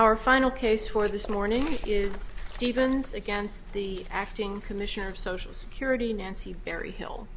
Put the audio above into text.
our final case for this morning is stevens against the acting commissioner of social security nancy berry hill